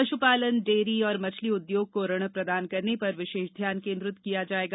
पशुपालन डेरी और मछली उद्योग को ऋण प्रदान करने पर विशेष ध्यान केन्द्रित किया जायेगा